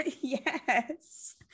Yes